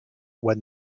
when